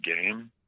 game